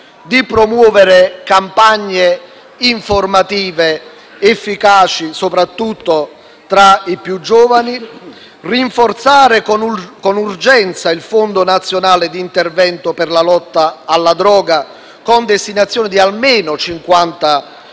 di promuovere campagne informative efficaci soprattutto tra i più giovani e di rinforzare con urgenza il Fondo nazionale di intervento per la lotta alla droga, con la destinazione di almeno 50 milioni